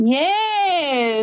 yes